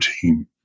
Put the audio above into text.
team